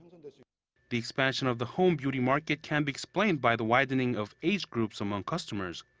and so the expansion of the home beauty market can be explained by the widening of age groups among customers.